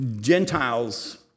Gentiles